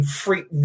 freak